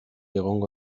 egongo